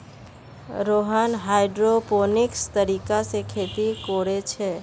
Rohan hydroponics तरीका से खेती कोरे छे